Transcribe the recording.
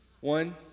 One